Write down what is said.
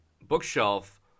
bookshelf